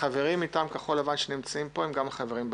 החברים מטעם כחול לבן שנמצאים פה הם גם חברים בוועדה.